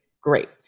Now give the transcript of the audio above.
great